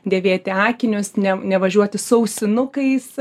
dėvėti akinius ne nevažiuoti su ausinukais